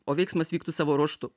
o veiksmas vyktų savo ruožtu